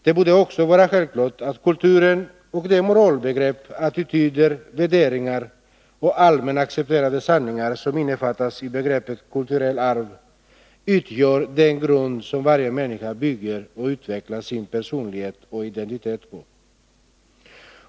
Det borde också vara självklart att kulturen och de moralbegrepp, attityder, värderingar och allmänt accepterade sanningar som innefattas i begreppet kulturellt arv, utgör den grund som varje människa bygger och utvecklar sin personlighet och identitet på.